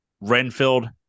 Renfield